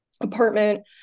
apartment